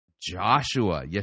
Joshua